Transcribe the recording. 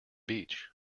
beach